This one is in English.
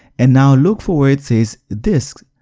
and now look for where it says disk.